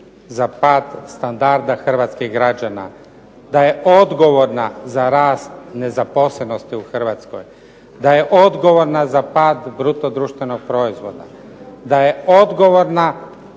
za pad standarda hrvatskih građana, da je odgovorna za rast nezaposlenosti u Hrvatskoj, da je odgovorna za pad bruto društvenog proizvoda, da je odgovorna